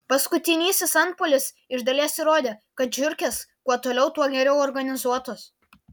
paskutinysis antpuolis iš dalies įrodė kad žiurkės kuo toliau tuo geriau organizuotos